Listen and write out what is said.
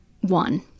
one